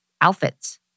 outfits